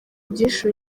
byinshi